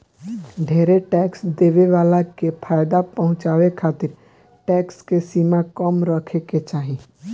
ढेरे टैक्स देवे वाला के फायदा पहुचावे खातिर टैक्स के सीमा कम रखे के चाहीं